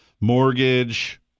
mortgage